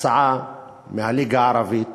הצעה מהליגה הערבית